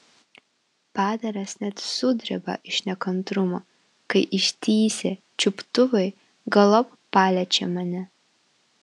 padaras net sudreba iš nekantrumo kai ištįsę čiuptuvai galop paliečia mane